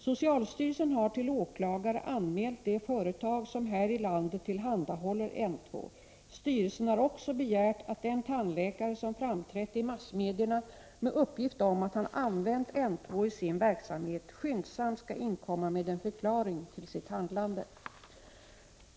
Socialstyrelsen har till åklagare anmält det företag som här i landet tillhandahåller N 2. Styrelsen har också begärt att den tandläkare som framträtt i massmedierna med uppgift om att han använt N 2 i sin verksamhet skyndsamt skall inkomma med en förklaring till sitt handlande.